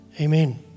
Amen